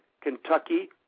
Kentucky